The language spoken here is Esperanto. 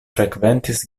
frekventis